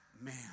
man